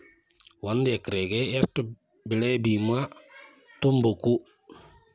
ಒಂದ್ ಎಕ್ರೆಗ ಯೆಷ್ಟ್ ಬೆಳೆ ಬಿಮಾ ತುಂಬುಕು?